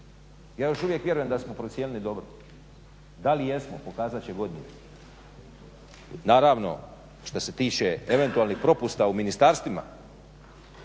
Ja još uvijek vjerujem da smo procijenili dobro. Da li jesmo, pokazat će godine. Naravno, što se tiče eventualnih propusta u ministarstvima